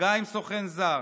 מגע עם סוכן זר,